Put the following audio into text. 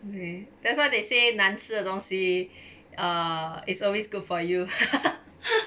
okay that's why they say 难吃的东西 err it's always good for you